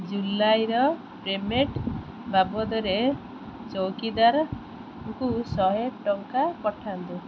ଜୁଲାଇର payment ବାବଦରେ ଚୌକିଦାରଙ୍କୁ ଶହେ ଟଙ୍କା ପଠାନ୍ତୁ